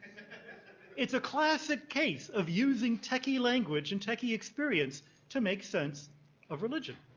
it's a classic case of using techie language and techie experience to make sense of religion.